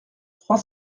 trois